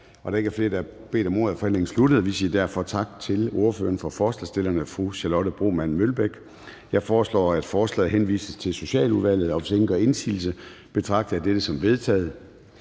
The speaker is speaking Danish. der ikke er flere, der har bedt om ordet, er forhandlingen sluttet. Vi siger derfor tak til ordføreren for forslagsstillerne, fru Charlotte Broman Mølbæk. Jeg foreslår, at forslaget til folketingsbeslutning henvises til Socialudvalget. Hvis ingen gør indsigelse, betragter jeg dette som vedtaget.